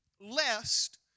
lest